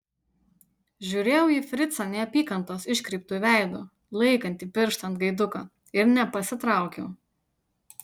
žiūrėjau į fricą neapykantos iškreiptu veidu laikantį pirštą ant gaiduko ir nepasitraukiau